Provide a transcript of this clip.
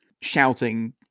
shouting